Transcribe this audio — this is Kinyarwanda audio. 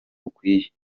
bukwiye